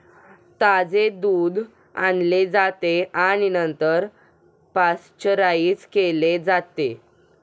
ताजे दूध आणले जाते आणि नंतर पाश्चराइज केले जाते